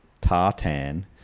Tartan